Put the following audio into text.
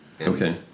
Okay